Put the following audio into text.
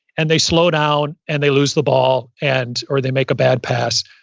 and they slow down and they lose the ball and or they make a bad pass.